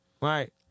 Right